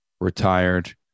retired